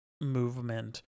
movement